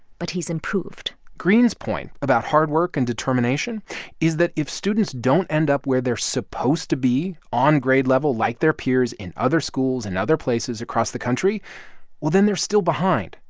but he's improved greene's point about hard work and determination is that if students don't end up where they're supposed to be on grade level like their peers in other schools and other places across the country well, then they're still behind.